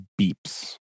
beeps